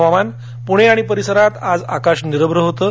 हवामान पुणे आणि परिसरात आज आकाश निरभ्र होतं